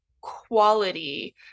quality